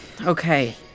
Okay